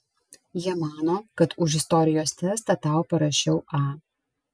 jie mano kad už istorijos testą tau parašiau a